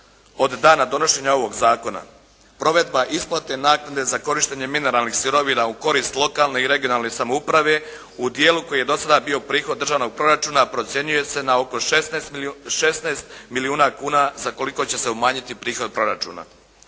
od dana donošenja ovog zakona. Provedba isplate naknade za korištenje mineralnih sirovina u korist lokalne i regionalne samouprave u dijelu koji je do sada bio prihod državnog proračuna procjenjuje se na oko 16 milijuna kuna za koliko će se umanjiti prihod proračuna.